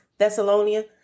Thessalonians